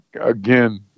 again